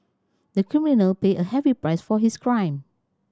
the criminal paid a heavy price for his crime